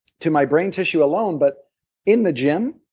to my brain tissue alone, but in the gym.